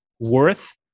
Worth